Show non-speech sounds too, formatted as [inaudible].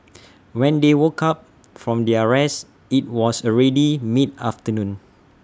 [noise] when they woke up from their rest IT was already mid afternoon